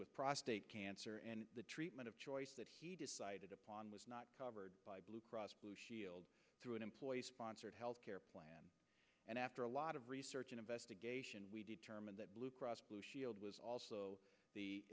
with prostate cancer and the treatment of choice that he decided upon was not covered by blue cross blue shield through an employer sponsored health care plan and after a lot of research and investigation we determined that blue cross blue shield was